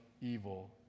evil